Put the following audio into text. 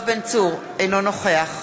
אינו נוכח